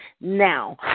now